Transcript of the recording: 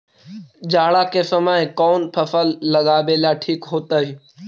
जाड़ा के समय कौन फसल लगावेला ठिक होतइ?